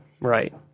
Right